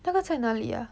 大概在哪里啊